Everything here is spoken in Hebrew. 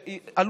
ומתים פה.